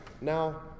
Now